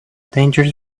dangerous